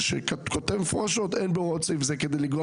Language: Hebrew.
זה שכותב מפורשות: "אין בהוראות סעיף זה כדי לגרוע